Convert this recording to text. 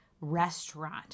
restaurant